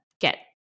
get